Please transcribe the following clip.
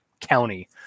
county